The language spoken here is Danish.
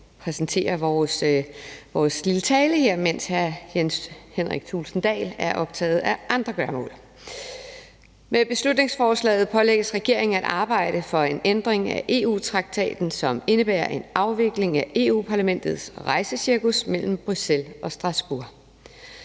præsentere vores lille tale her, mens hr. Jens Henrik Thulesen Dahl er optaget af andre gøremål. Med beslutningsforslaget pålægges regeringen at arbejde for en ændring af EU-traktaten, som indebærer en afvikling af Europa-Parlamentets rejsecirkus mellem Bruxelles og Strasbourg.